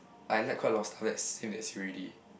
I like quite a lot of stuff that's same as you already